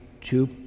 two